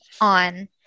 on